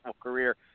career